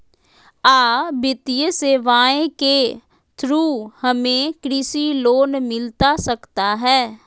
आ वित्तीय सेवाएं के थ्रू हमें कृषि लोन मिलता सकता है?